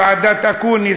ועדת אקוניס,